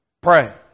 Pray